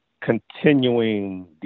continuing